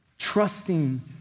Trusting